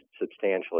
substantially